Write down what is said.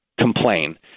complain